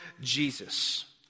Jesus